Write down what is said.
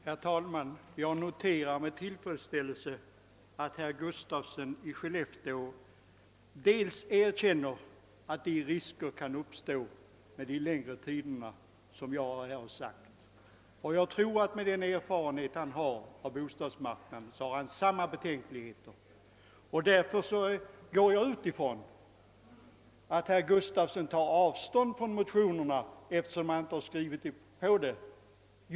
Herr talman! Jag noterar med tillfredsställelse att herr Gustafsson i Skellefteå erkänner att de risker med de längre Öövergångstiderna som jag har påtalat kan uppstå. Jag tror att han med den erfarenhet han äger av bostadsmarknaden hyser samma betänkligheter. Därför går jag ut från att herr Gustafsson tar avstånd från motionerna, eftersom han inte skrivit på dem.